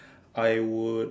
I would